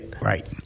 Right